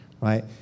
right